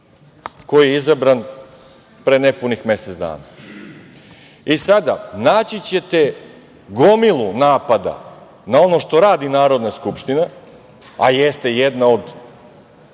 koji je izabran pre nepunih mesec dana, i sada ćete naći gomilu napada na ono što radi Narodna skupština, a jeste jedna od